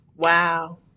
Wow